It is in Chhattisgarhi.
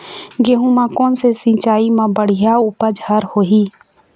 गेहूं म कोन से सिचाई म बड़िया उपज हर होही?